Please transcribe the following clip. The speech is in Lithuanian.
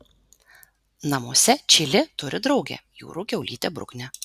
namuose čili turi draugę jūrų kiaulytę bruknę